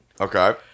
Okay